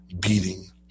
beating